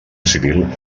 civil